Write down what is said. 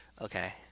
Okay